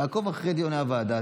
תעקוב אחרי דיוני הוועדה,